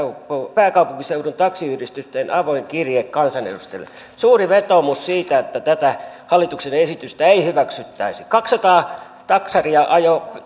pääkaupunkiseudun taksiyhdistysten avoimen kirjeen kansanedustajille suuren vetoomuksen siitä että tätä hallituksen esitystä ei hyväksyttäisi kaksisataa taksaria ajoi